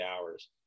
hours